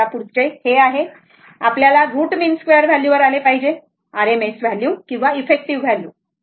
आता पुढचं हे आहे आपल्याला रूट मीन स्क्वेअर व्हॅल्यू वर आले पाहिजे r m s व्हॅल्यू किंवा इफेक्टिव व्हॅल्यू बरोबर